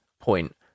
point